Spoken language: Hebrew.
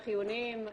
החיוניים,